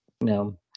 No